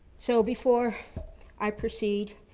so before i proceed,